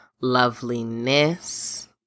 loveliness